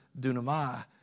dunamai